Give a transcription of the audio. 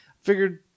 Figured